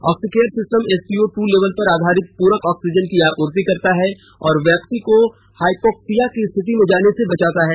Oxycare system SPO ट्र level पर आधारित पूरक ऑक्सीजन की आपूर्ति करता है और व्यक्ति को हाईपोक्सिया की स्थिति में जाने से बचाता है